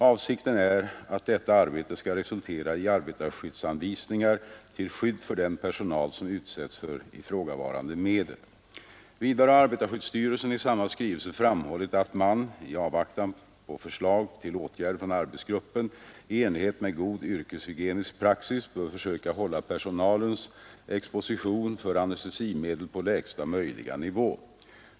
Avsikten är att detta arbete skall resultera i arbetarskyddsanvisningar till skydd för den personal som utsätts för ifrågavarande medel. Vidare har arbetarskyddsstyrelsen i samma skrivelse framhållit att man — i avvaktan på förslag till åtgärder från arbetsgruppen — i enlighet med god yrkeshygienisk praxis bör försöka hålla personalens exposition för anestesimedel på lägsta möjliga nivå.